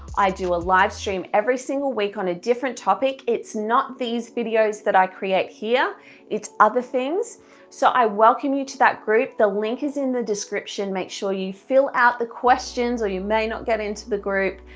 i do a live stream every single week on a different topic, it's not these videos that i create here it's other things so i welcome you to that group, the link is in the description, make sure you fill out the questions or you may not get into the group,